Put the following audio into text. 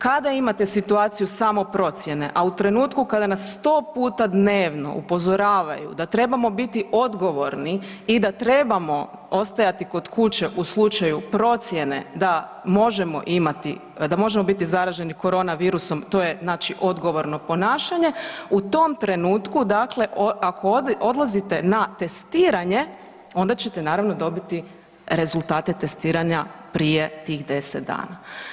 Kada imate situaciju samoprocjene, a u trenutku kada nas 100 puta dnevno upozoravaju da trebamo biti odgovorni i da trebamo ostajati kod kuće u slučaju procjene da možemo biti zaraženi korona virusom to je odgovorno ponašanje u tom trenutku ako odlazite na testiranje, onda ćete naravno dobiti rezultate testiranja prije tih 10 dana.